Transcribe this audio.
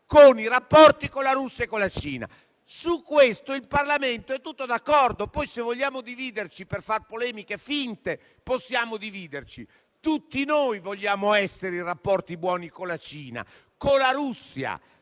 con i rapporti con la Russia e con la Cina. Su questo il Parlamento è tutto d'accordo. Poi, se vogliamo dividerci per far polemiche finte, possiamo dividerci. Tutti noi vogliamo essere in rapporti buoni con la Cina e con la Russia: